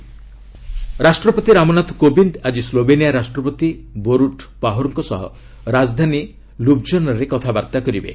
ପ୍ରେଜ୍ ସ୍ଲୋବେନିଆ ରାଷ୍ଟ୍ରପତି ରାମନାଥ କୋବିନ୍ଦ ଆଜି ସ୍ଲୋବେନିଆ ରାଷ୍ଟ୍ରପତି ବୋରୁଟ୍ ପାହୋର୍ଙ୍କ ସହ ରାଜଧାନୀ ଲୁବ୍ଜନାରେ କଥାବାର୍ତ୍ତା କରିବେ